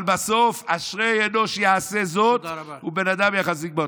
אבל בסוף "אשרי אנוש יעשה זאת ובן אדם יחזיק בה".